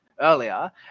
earlier